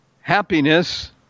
happiness